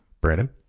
Brandon